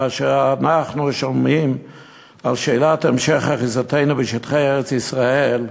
כאשר אנחנו שומעים על שאלת המשך אחיזתנו בשטחי ארץ-ישראל,